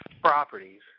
properties